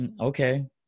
okay